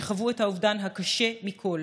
שחוו את האובדן הקשה מכול,